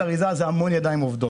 בית האריזה מצריך המון ידיים עובדות.